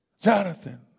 Jonathan